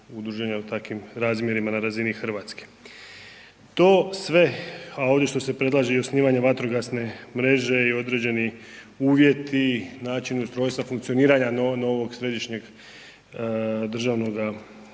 udruženja u takvim razmjerima na razini Hrvatske. To sve a ovdje što se predlaže i osnivanje vatrogasne mreže i određenu uvjeti, način i ustrojstva funkcioniranja novog središnjeg državnoga